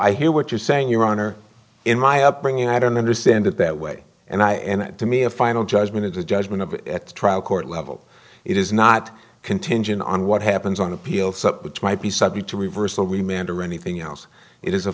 i hear what you're saying your honor in my upbringing i don't understand it that way and i and to me a final judgment of the judgment of the trial court level it is not contingent on what happens on appeal which might be subject to reversal remained or anything else it is a